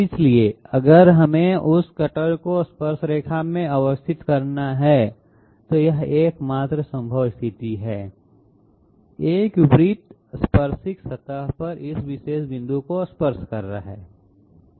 इसलिए अगर हमें उस कटर को स्पर्शरेखा में अवस्थित करना है तो यह एकमात्र संभव स्थिति है एक वृत्त स्पर्शिक सतह पर इस विशेष बिंदु को स्पर्श कर रहा है